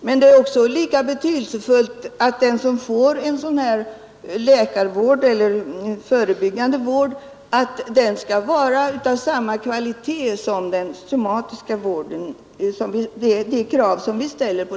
Men det är också betydelsefullt att den behandling eller förebyggande vård som därvid lämnas skall vara av samma kvalitet som den somatiska vården.